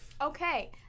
Okay